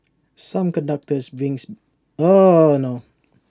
some conductors brings oh no